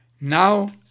Now